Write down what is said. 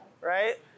right